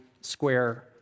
square